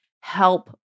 help